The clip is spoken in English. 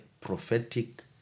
prophetic